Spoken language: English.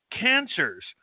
cancers